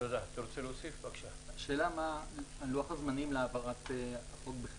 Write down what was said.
השאלה מה לוח הזמנים להעברת החוק.